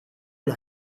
aux